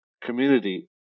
Community